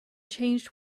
changed